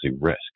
risk